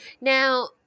Now